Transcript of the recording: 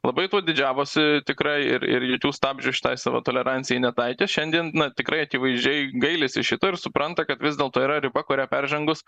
labai tuo didžiavosi tikrai ir ir jokių stabdžių šitai savo tolerancijai netaikė šiandien na tikrai akivaizdžiai gailisi šito ir supranta kad vis dėlto yra riba kurią peržengus